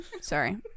Sorry